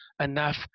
enough